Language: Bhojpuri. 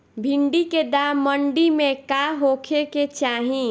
भिन्डी के दाम मंडी मे का होखे के चाही?